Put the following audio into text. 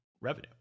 revenue